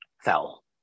fell